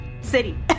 city